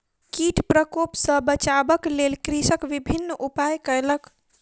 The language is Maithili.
कीट प्रकोप सॅ बचाबक लेल कृषक विभिन्न उपाय कयलक